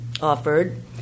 offered